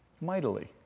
mightily